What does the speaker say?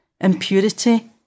impurity